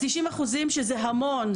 90% זה המון,